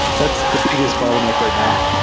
that's the biggest bottleneck right now.